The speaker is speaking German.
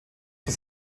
für